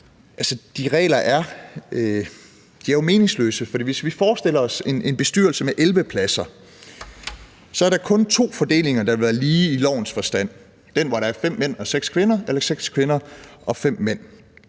erhvervslivet jo meningsløse, for hvis vi forestiller os en bestyrelse med 11 pladser, er der kun to fordelinger, der vil være lige i lovens forstand, og det vil være dem, der har 5 mænd og 6 kvinder eller 6 kvinder og 5 mænd.